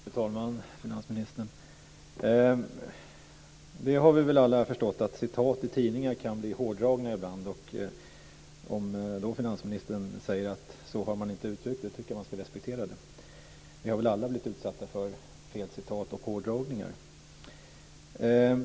Fru talman och finansministern! Alla har vi väl förstått att citat i tidningar ibland kan bli hårddragna. Om finansministern säger att så har det inte uttryckts tycker jag att man ska respektera det. Vi har väl alla blivit utsatta för felcitat och hårddragningar.